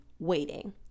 waiting